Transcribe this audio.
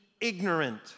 ignorant